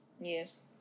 Yes